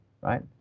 right